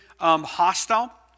Hostile